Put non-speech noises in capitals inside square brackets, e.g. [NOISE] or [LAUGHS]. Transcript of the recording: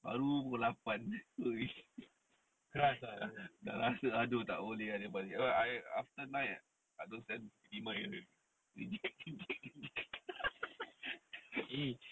baru pukul lapan [LAUGHS] dah rasa !aduh! tak boleh balik I I after nine I don't send bukit timah area already [LAUGHS]